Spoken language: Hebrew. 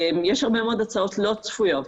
יש הרבה מאוד הוצאות לא צפויות,